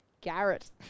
Garrett